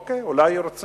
אוקיי, אולי רוצים